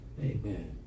Amen